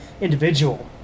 individual